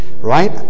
right